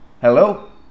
Hello